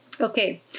Okay